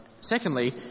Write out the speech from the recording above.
Secondly